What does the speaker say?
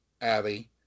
Abby